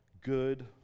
Good